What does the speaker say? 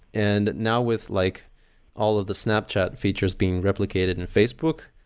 and now, with like all of the snapchat features being replicated in facebook,